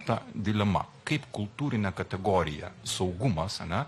ta dilema kaip kultūrinė kategorija saugumas ane